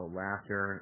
laughter